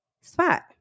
spot